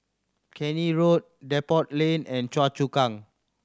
Keene Road Depot Lane and Choa Chu Kang